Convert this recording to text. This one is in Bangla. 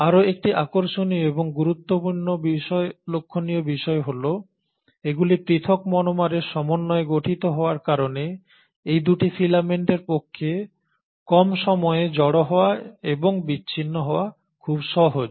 আরো একটি আকর্ষণীয় এবং গুরুত্বপূর্ণ লক্ষণীয় বিষয় হল এগুলি পৃথক মনোমারের সমন্বয়ে গঠিত হওয়ার কারণে এই 2টি ফিলামেন্টের পক্ষে কম সময়ে জড়ো হওয়া এবং বিচ্ছিন্ন হওয়া খুব সহজ